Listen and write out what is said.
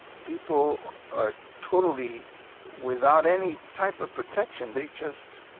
people are totally without any type of protection they just